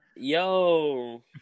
Yo